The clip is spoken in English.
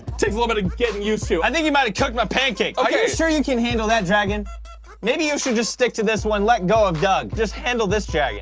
take a little bit of getting used to i think you might have cooked my pancakes okay sure you can handle that dragon maybe you should just stick to this one let go of doug just handle this jacket